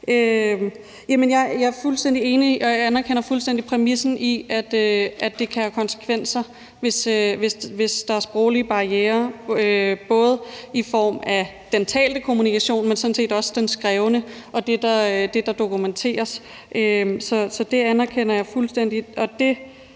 Jeg er fuldstændig enig, og jeg anerkender fuldstændig præmissen i, at det kan have konsekvenser, hvis der er sproglige barrierer, både i form af den talte kommunikation, men sådan set også den skriftlige og det, der dokumenteres. Så det anerkender jeg fuldstændig.